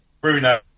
Bruno